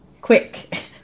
quick